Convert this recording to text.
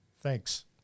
Thanks